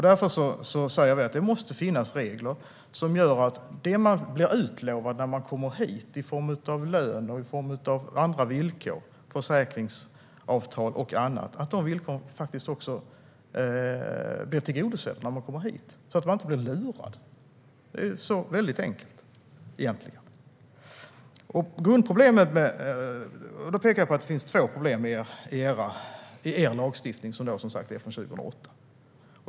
Det måste finnas regler som gör att det som man blir utlovad innan man kommer hit i form av lön, försäkringsavtal och andra villkor tillgodoses när man kommer hit, så att man inte blir lurad. Så enkelt är det egentligen. Det finns två problem i er lagstiftning från 2008.